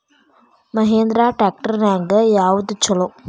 Mahindra tractor ನ್ಯಾಗ ಯಾವ್ದ ಛಲೋ?